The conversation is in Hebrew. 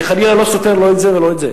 אני חלילה לא סותר לא את זה ולא את זה.